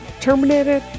Terminated